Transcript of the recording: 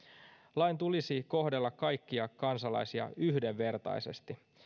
lain tulisi kohdella kaikkia kansalaisia yhdenvertaisesti